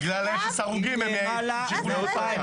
בגלל אפס הרוגים הם המשיכו להתפרע.